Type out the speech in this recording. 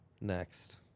Next